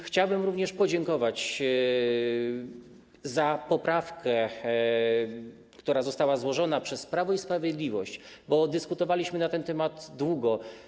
Chciałbym również podziękować za poprawkę, która została złożona przez Prawo i Sprawiedliwość, bo dyskutowaliśmy na ten temat długo.